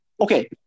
Okay